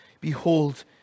Behold